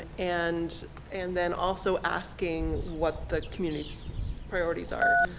and and then also asking what the community's priorities are.